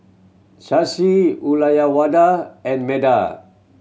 Shashi Ulayawada and Medha